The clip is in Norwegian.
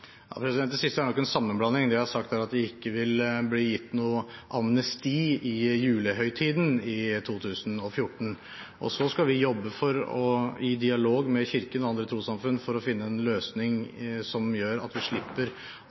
er at det ikke vil bli gitt noe amnesti i julehøytiden i 2014. Så skal vi, i dialog med Kirken og andre trossamfunn, jobbe for å finne en løsning som gjør at vi slipper